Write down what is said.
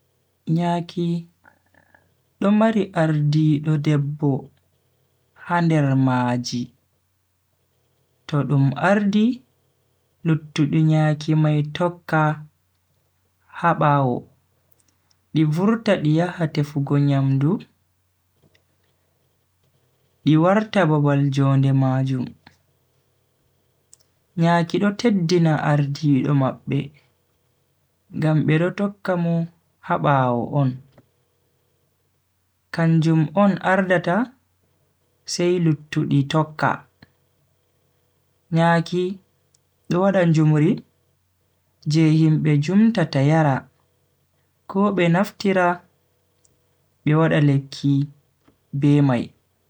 Nyaki do mari ardiido debbo ha der maaji, to dum ardi luttudi nyaki mai tokka ha bawo di vurta di yaha tefugo nyamdu di lora di warta babal njonde majum. nyaki do teddina ardiido mabbe ngam be do tokka mo ha bawo on kanjum on ardata sai luttudi tokka. nyaki do wada njumri je himbe njumtata yara ko be naftira be wada lekki be mai.